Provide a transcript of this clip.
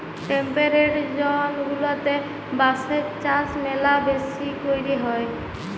temperate zone গুলাতে বাঁশের চাষ ম্যালা বেশি ক্যরে হ্যয়